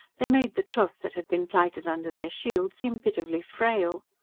they made the troth that had been plighted under their shield seem pitifully frail.